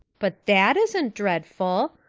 but that isn't dreadful.